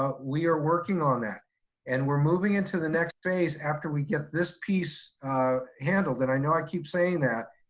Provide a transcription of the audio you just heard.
ah we are working on that and we're moving into the next phase after we get this piece handled. and i know, i keep saying that,